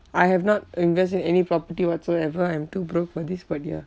I have not invest in any property whatsoever I'm too broke for this but ya